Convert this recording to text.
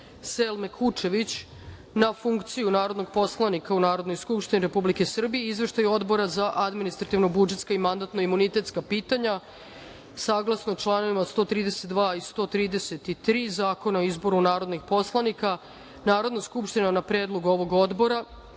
Selme Kučević na funkciju narodnog poslanika u Narodnoj skupštini Republike Srbije i Izveštaj Odbora za administrativno-budžetska i mandatno-imunitetska pitanja. Saglasno članovima 132. i 133. Zakona o izborima narodnih poslanika, Narodna skupština, na predlog ovog Odbora,